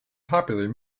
popular